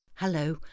Hello